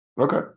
Okay